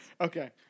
Okay